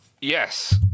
Yes